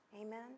amen